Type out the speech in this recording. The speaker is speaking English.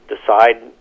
decide